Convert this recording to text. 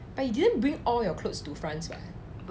but you didn't take all your clothes to france [what]